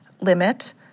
limit